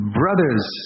brothers